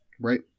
Right